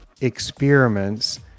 experiments